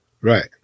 Right